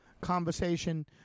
conversation